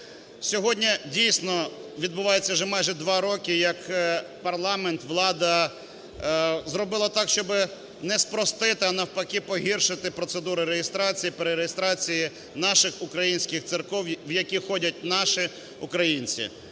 Сьогодні, дійсно, відбувається вже майже два роки, як парламент, влада зробила так, щоб не спростити, а, навпаки, погіршити процедуру реєстрації, перереєстрації наших українських церков, в які ходять наші українці.